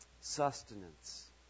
sustenance